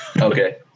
Okay